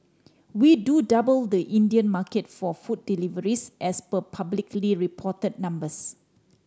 we do double the Indian market for food deliveries as per publicly report numbers